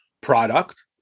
product